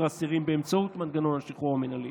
אסירים באמצעות מנגנון השחרור המינהלי